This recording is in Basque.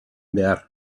behar